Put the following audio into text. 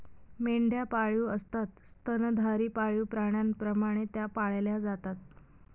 मेंढ्या पाळीव असतात स्तनधारी पाळीव प्राण्यांप्रमाणे त्या पाळल्या जातात